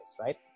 right